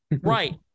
right